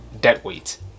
deadweight